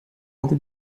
onda